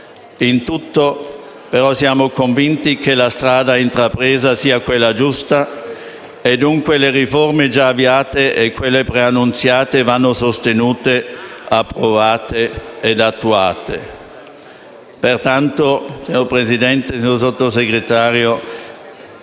Siamo però convinti che la strada intrapresa sia quella giusta e che le riforme quelle già avviate e quelle preannunziate - vadano sostenute, approvate e attuate. Signor Presidente, signor Sottosegretario,